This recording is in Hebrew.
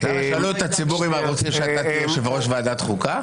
תשאלו את הציבור אם הוא רוצה שאתה תהיה יושב ראש ועדת חוקה.